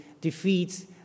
defeats